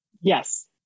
Yes